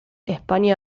españa